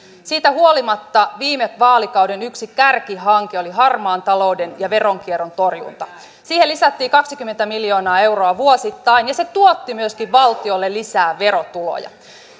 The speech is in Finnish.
siitä huolimatta viime vaalikauden yksi kärkihanke oli harmaan talouden ja veronkierron torjunta siihen lisättiin kaksikymmentä miljoonaa euroa vuosittain ja se myöskin tuotti valtiolle lisää verotuloja